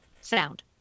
sound